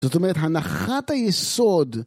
זאת אומרת, הנחת היסוד